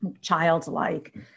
Childlike